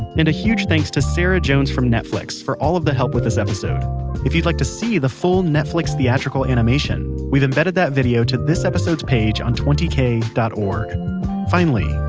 and a huge thanks to sarah jones from netflix for all of the help with this episode if you'd like to see the full netflix theatrical animation, we've embedded that to this episode's page on twenty k dot org finally,